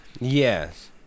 yes